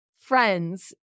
friends